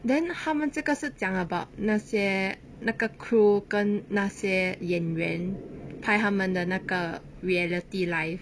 then 他们这个是讲 about 那些那个 crew 跟那些演员拍他们的那个 reality life